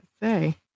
say